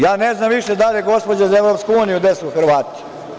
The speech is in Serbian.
Ja ne znam više da li je gospođa za EU gde su Hrvati?